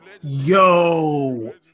Yo